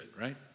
right